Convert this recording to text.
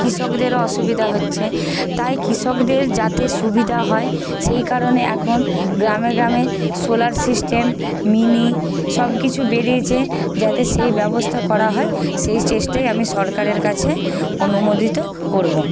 কৃষকদেরও অসুবিধা হচ্ছে তাই কৃষকদের যাতে সুবিধা হয় সেই কারণে এখন গ্রামে গ্রামে সোলার সিস্টেম মিনি সব কিছু বেরিয়েছে যাতে সেই ব্যবস্থা করা হয় সেই চেষ্টাই আমি সরকারের কাছে অনুমোদিত করবো